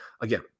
Again